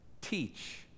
Teach